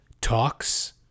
talks